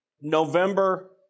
November